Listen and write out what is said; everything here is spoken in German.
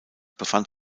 befand